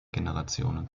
generation